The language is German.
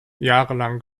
jahrelang